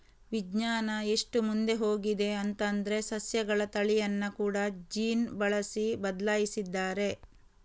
ವಿಜ್ಞಾನ ಎಷ್ಟು ಮುಂದೆ ಹೋಗಿದೆ ಅಂತಂದ್ರೆ ಸಸ್ಯಗಳ ತಳಿಯನ್ನ ಕೂಡಾ ಜೀನ್ ಬಳಸಿ ಬದ್ಲಾಯಿಸಿದ್ದಾರೆ